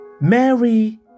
Mary